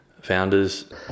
Founders